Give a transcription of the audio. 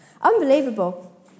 Unbelievable